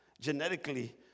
genetically